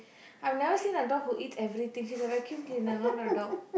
I've never seen a dog who eats everything she's a vacuum cleaner not a dog